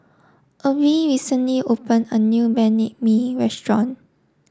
Obe recently open a new Banh Mi restaurant